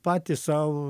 patys sau